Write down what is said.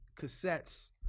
cassettes